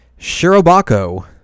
Shirobako